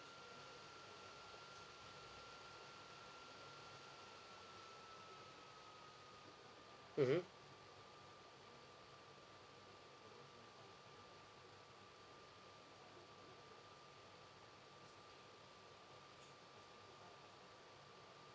mmhmm